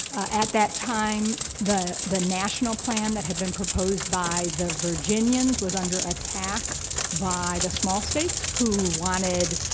at that time, the the national plan that had been proposed by the virginians was under attack by the small states who wanted